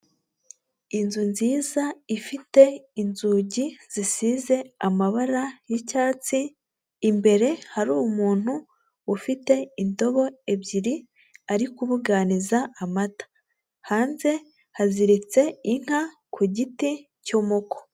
Inzu nziza ifite inzugi zisize amabara y'icyatsi, imbere hariru umuntu ufite indobo ebyiri arikubuganiza amata, hanze haziritse inka ku giti cymuko.